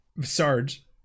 Sarge